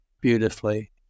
beautifully